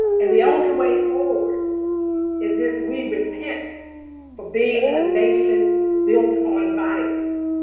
and the only way forward is if we repent for being a nation built on violence.